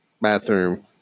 bathroom